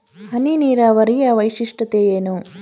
ಹನಿ ನೀರಾವರಿಯ ವೈಶಿಷ್ಟ್ಯತೆ ಏನು?